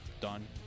done